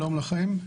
שלום לכם.